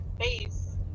face